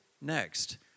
next